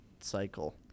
cycle